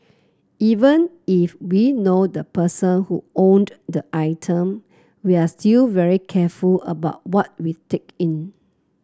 even if we know the person who owned the item we're still very careful about what we take in